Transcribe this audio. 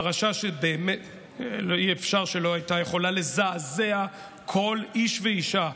פרשה שאי-אפשר שלא תזעזע כל איש ואישה,